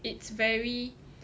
it's very